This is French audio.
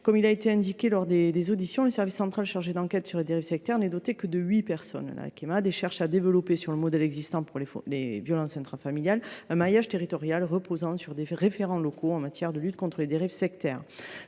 Comme les auditions l’ont souligné, le service central chargé d’enquêter sur les dérives sectaires n’est doté que de huit personnes. Il cherche à développer, sur le modèle de la lutte contre les violences intrafamiliales, un maillage territorial reposant sur des référents locaux en matière de lutte contre les dérives sectaires.